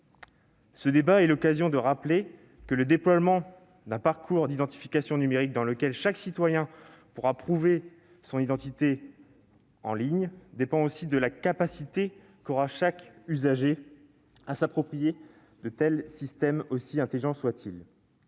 Ce débat est l'occasion de le rappeler, le déploiement d'un parcours d'identification numérique, au travers duquel chaque citoyen pourra prouver son identité en ligne, dépend aussi de la capacité de chaque usager à s'approprier de tels systèmes, aussi intelligents soient-ils.